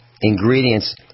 ingredients